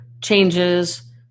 changes